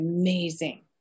amazing